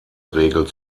regel